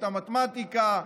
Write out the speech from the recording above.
את המתמטיקה,